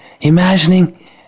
imagining